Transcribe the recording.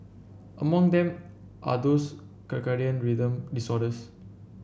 among them are those circadian rhythm disorders